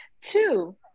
two